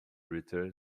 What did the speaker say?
return